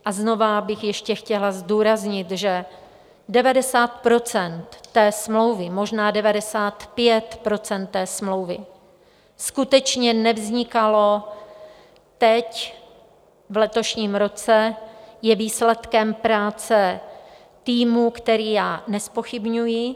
A znova bych ještě chtěla zdůraznit, že 90 % smlouvy, možná 95 % smlouvy skutečně nevznikalo teď v letošním roce, ale je výsledkem práce týmu, který já nezpochybňuji.